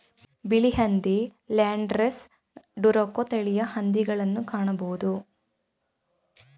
ಬಿಳಿ ಹಂದಿ, landrace, Duroc ತಳಿಯ ಹಂದಿಗಳನ್ನು ಕಾಣಬೋದು